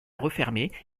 refermer